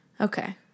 Okay